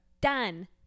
Done